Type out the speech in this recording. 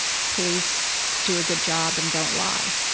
police do a good job and don't lie.